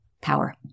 power